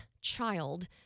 child